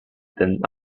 them